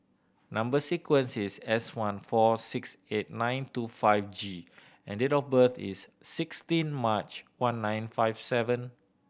number sequence is S one four six eight nine two five G and date of birth is sixteen March one nine five seven